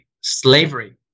slavery